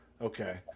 okay